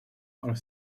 are